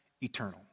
eternal